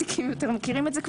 הוותיקים מכירים את זה כבר,